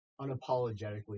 unapologetically